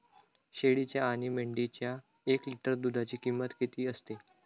शेळीच्या आणि मेंढीच्या एक लिटर दूधाची किंमत किती असते?